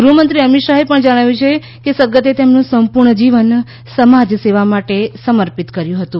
ગૃહમંત્રી અમિત શાહે જણાવ્યું છે કે સદગતે તેમનું સંપૂર્ણ જીવન સમાજસેવા માટે સમર્પિત કર્યું હતું